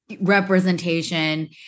representation